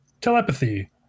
telepathy